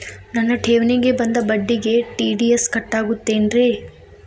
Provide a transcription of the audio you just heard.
ನನ್ನ ಠೇವಣಿಗೆ ಬಂದ ಬಡ್ಡಿಗೆ ಟಿ.ಡಿ.ಎಸ್ ಕಟ್ಟಾಗುತ್ತೇನ್ರೇ?